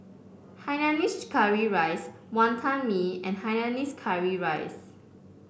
Hainanese Curry Rice Wonton Mee and Hainanese Curry Rice